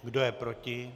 Kdo je proti?